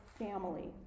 Family